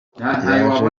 yaje